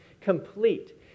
complete